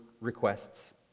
requests